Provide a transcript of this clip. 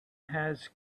has